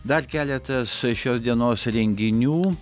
dar keletas šios dienos renginių